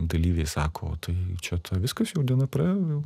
dalyviai sako o tai čia ta viskas jau diena praėjo jau